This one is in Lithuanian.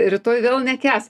rytoj vėl nekęs